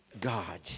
God